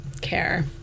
care